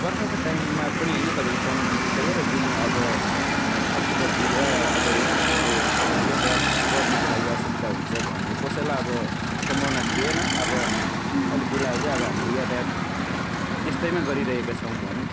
बर्खाको टाइममा पनि होइन तपाईँको समय बितिसक्यो र जुन अब अक्टोबरतिर अब यस्तो खाले यातायात गर्नुको लागि असुविधा हुन्छ भन्ने कसैलाई अब सम्भावना थिएन अब अहिले फिलहाल चाहिँ अब हामीले यातायात त्यस्तैमा गरिरहेका छौँ भनौँ